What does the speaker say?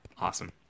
Awesome